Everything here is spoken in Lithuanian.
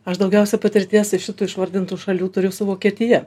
aš daugiausia patirties iš šitų išvardintų šalių turiu su vokietija